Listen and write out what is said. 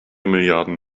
milliarden